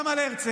גם על הרצל,